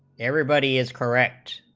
every body is correct